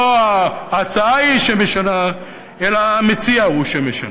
לא ההצעה היא שמשנה אלא המציע הוא שמשנה.